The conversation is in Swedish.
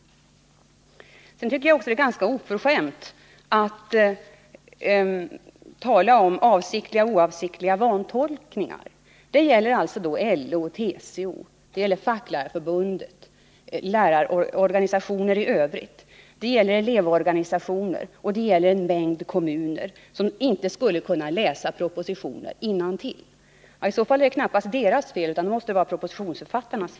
Jag tycker också att det är ganska oförskämt att tala om avsiktliga och oavsiktliga vantolkningar. LO, TCO, Facklärarförbundet, övriga lärarorganisationer, elevorganisationer och en mängd kommuner skulle alltså inte kunna läsa propositioner innantill. I så fall är det knappast deras fel, utan propositionsförfattarnas.